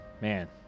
Man